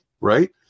right